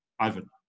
Ivan